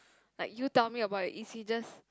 like you tell me about your e_c just